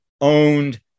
owned